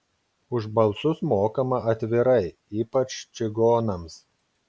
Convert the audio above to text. už balsus mokama atvirai ypač čigonams